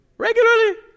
Regularly